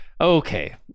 okay